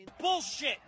Bullshit